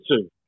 two